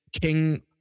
King